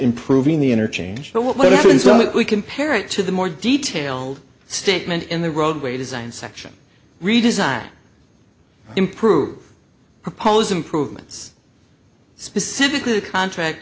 improving the interchange but what if we compare it to the more detailed statement in the roadway design section redesign improve propose improvements specifically the contract